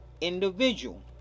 individual